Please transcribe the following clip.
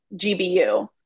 GBU